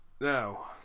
Now